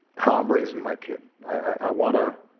how i'm raising my kid. i want to